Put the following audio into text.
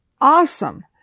Awesome